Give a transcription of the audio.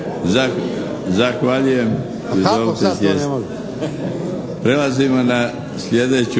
Zahvaljujem.